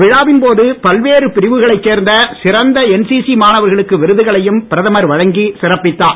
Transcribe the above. விழாவின் போது பல்வேறு பிரிவுகளைச் சேர்ந்த சிறந்த என்சிசி மாணவர்களுக்கு விருதுகளையும் பிரதமர் வழங்கி பிரதமர் சிறப்பித்தார்